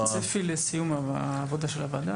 --- יש צפי לסיום העבודה של הוועדה,